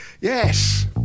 Yes